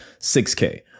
6k